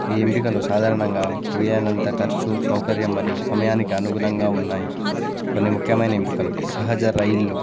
ఈ ఎంపికలు సాధారణంగా వీరైనంత ఖర్చు సౌకర్యం మరియు సమయానికి అనుగుణంగా ఉన్నాయి కొన్ని ముఖ్యమైన ఎంపికలు సహజ రైళ్లు